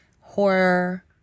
horror